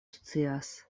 scias